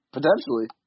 Potentially